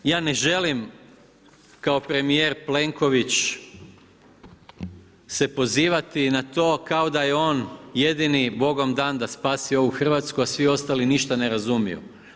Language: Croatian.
Na kraju, ja ne želim kao premjer Plenković se pozivati na to, kao da je on jedini bogom dan da spasi ovu Hrvatsku, a svi ostali ništa ne razumiju.